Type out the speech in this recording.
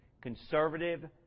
conservative